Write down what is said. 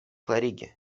klarigi